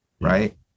right